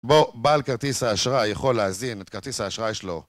בוא, בעל כרטיס האשראי יכול להזין את כרטיס האשראי שלו...